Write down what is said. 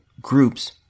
groups